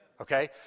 Okay